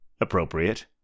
appropriate